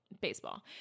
baseball